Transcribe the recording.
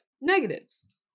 negatives